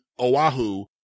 Oahu